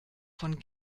von